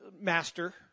master